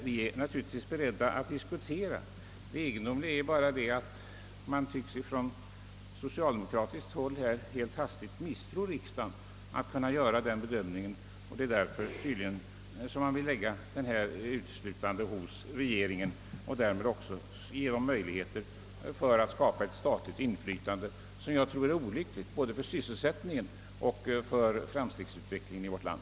Vi är naturligtvis beredda att diskutera saken. Det egendomliga är bara det att man från socialdemokratiskt håll helt hastigt tycks ha fattat misstro till riksdagens förmåga att göra bedömningen, och det är tydligen därför man vill lägga bestämmanderätten uteslutande hos regeringen och därmed ge den möjligheter att skapa ett statligt inflytande som jag tror är olyckligt både för sysselsättningen och för framstegsutvecklingen i vårt land.